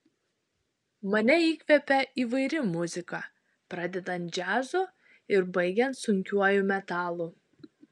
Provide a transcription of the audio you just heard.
mane įkvepia įvairi muzika pradedant džiazu ir baigiant sunkiuoju metalu